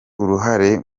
uruhare